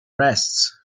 rests